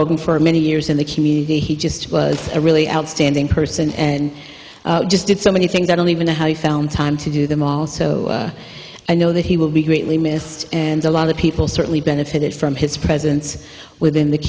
program for many years in the community he just was a really outstanding person and just did so many things i don't even know how he found time to do them all so i know that he will be greatly missed and a lot of people certainly benefited from his presence within the